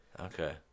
Okay